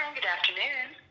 afternoon!